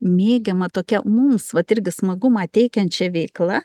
mėgiama tokia mums vat irgi smagumą teikiančia veikla